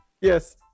Yes